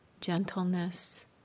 gentleness